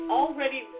already